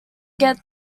get